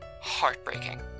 heartbreaking